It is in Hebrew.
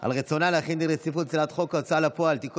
על רצונה להחיל דין רציפות על הצעת חוק ההוצאה לפועל (תיקון